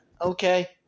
okay